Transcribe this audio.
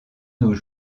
nos